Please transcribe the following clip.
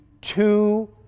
two